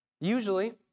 Usually